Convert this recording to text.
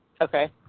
Okay